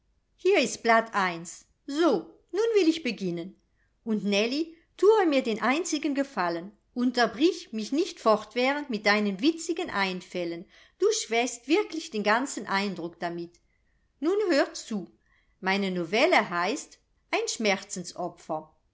hier ist blatt i so nun will ich beginnen und nellie thue mir den einzigen gefallen unterbrich mich nicht fortwährend mit deinen witzigen einfällen du schwächst wirklich den ganzen eindruck damit nun hört zu meine novelle heißt ein